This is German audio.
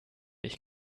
ich